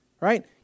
right